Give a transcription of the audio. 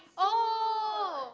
oh